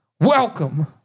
Welcome